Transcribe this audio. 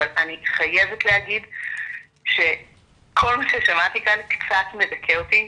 אני חייבת להגיד שכל מה ששמעתי כאן קצת מדכא אותי.